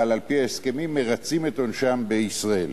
אבל על-פי ההסכמים מרצים את עונשם בישראל,